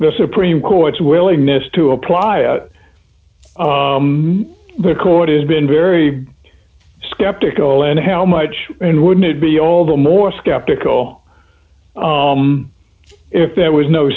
the supreme court's willingness to apply the court has been very skeptical and how much and wouldn't it be all the more skeptical if there was no